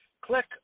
Click